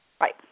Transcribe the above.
Right